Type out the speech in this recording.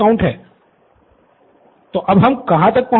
professor Bala तो हम कहाँ तक पहुंचे